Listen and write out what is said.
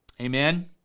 Amen